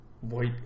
white